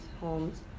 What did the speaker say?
homes